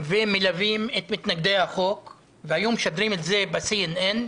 ומלווים את מתנגדי החוק והיו משדרים את זה ב-CNN,